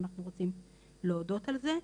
ואנחנו רוצים להודות על זה.